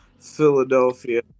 Philadelphia